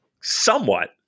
somewhat